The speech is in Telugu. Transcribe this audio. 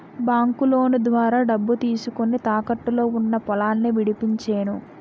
బాంకులోను ద్వారా డబ్బు తీసుకొని, తాకట్టులో ఉన్న పొలాన్ని విడిపించేను